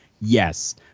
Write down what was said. Yes